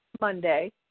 Monday